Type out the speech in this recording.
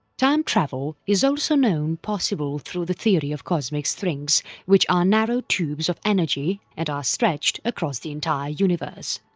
time travel is also known possible through the theory of cosmic strings which are narrow tubes of energy and are stretched across the entire universe.